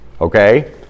Okay